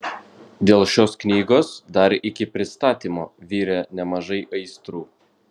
dėl šios knygos dar iki pristatymo virė nemažai aistrų